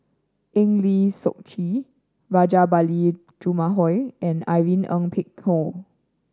Eng Lee Seok Chee Rajabali Jumabhoy and Irene Ng Phek Hoong